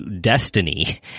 destiny